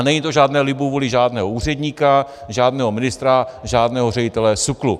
A není to o žádné libovůli žádného úředníka, žádného ministra, žádného ředitele SÚKLu.